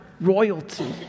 royalty